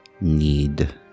Need